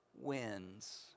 wins